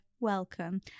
welcome